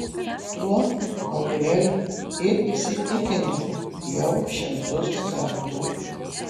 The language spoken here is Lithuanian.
tuo aureli ir įsitikino jau šimtus kartų